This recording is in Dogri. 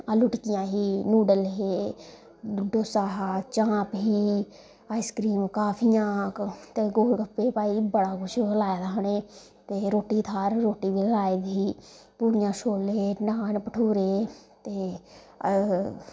आलू टिक्किटां ही नूडल हे डोस्सा हा चांप ही आईस क्रीम काफियां ते गोल गफ्फे भाई बड़ा कुछ लाए दा हा उनें ते रुट्टी थाह्र रुट्टी बी लाई दी ही पूड़ियां छोल्ले नान भठूरे ते